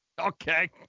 Okay